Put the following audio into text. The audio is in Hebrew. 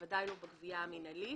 בוודאי לא בגבייה המנהלית